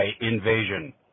invasion